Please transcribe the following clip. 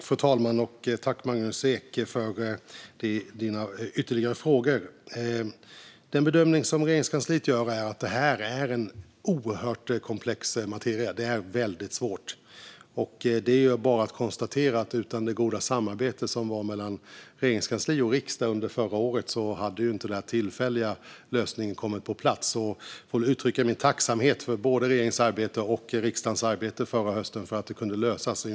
Fru talman! Jag tackar Magnus Ek för ytterligare frågor. Den bedömning som Regeringskansliet gör är att det här är en oerhört komplex materia. Den är svår att hantera. Det är bara att konstatera att utan det goda samarbetet mellan regeringskansli och riksdag under förra året hade inte den tillfälliga lösningen kommit på plats. Jag får uttrycka min tacksamhet för både regeringens och riksdagens arbete förra hösten för att detta kunde lösas.